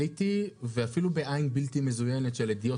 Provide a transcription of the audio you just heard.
עליתי ואפילו בעין בלתי מזוינת של הדיוט